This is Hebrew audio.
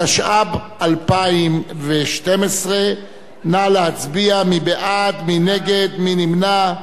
התשע"ב 2012. נא להצביע, מי בעד, מי נגד, מי נמנע.